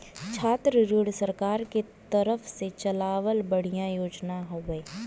छात्र ऋण सरकार के तरफ से चलावल बढ़िया योजना हौवे